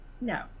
no